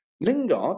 Lingard